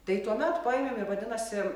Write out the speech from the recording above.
tai tuomet paėmėm jie vadinasi